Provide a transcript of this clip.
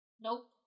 Nope